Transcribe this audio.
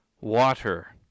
water